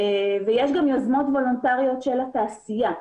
ויש גם יוזמות וולונטריות של התעשייה.